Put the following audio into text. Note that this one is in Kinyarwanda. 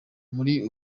muri